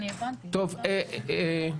כלליים.